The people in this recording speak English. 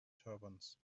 turbans